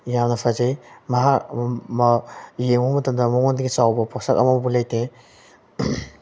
ꯌꯥꯝꯅ ꯐꯖꯩ ꯌꯦꯡꯉꯨ ꯃꯇꯝꯗ ꯃꯉꯣꯟꯗꯒꯤ ꯆꯥꯎꯕ ꯄꯣꯠꯁꯛ ꯑꯃ ꯐꯥꯎꯕ ꯂꯩꯇꯦ